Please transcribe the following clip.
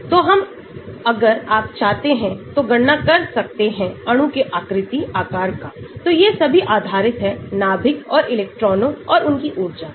तोहम अगर आप चाहते हैं तो गणना कर सकते हैंअणु के आकृति आकार का तो ये सभी आधारित हैं नाभिक और इलेक्ट्रॉनों और उनकी ऊर्जा पर